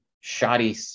shoddy